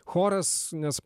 choras nes